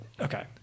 okay